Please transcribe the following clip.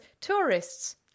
tourists